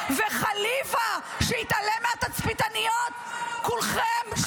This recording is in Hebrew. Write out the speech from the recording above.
וחליווה, שהתעלם מהתצפיתניות כולכם שומרים עליו.